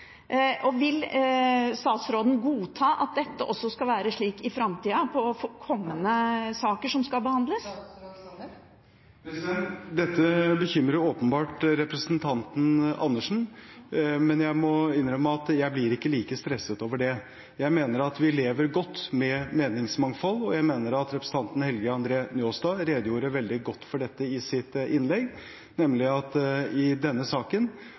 Vil statsråden godta at det også skal være slik i framtida, i kommende saker som skal behandles? Dette bekymrer åpenbart representanten Andersen, men jeg må innrømme at jeg ikke blir like stresset over dette. Jeg mener at vi lever godt med meningsmangfold, og jeg mener at representanten Helge André Njåstad redegjorde veldig godt for dette i sitt innlegg, nemlig at i denne saken